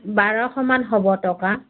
বাৰশমান হ'ব টকা